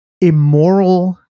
immoral